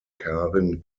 karin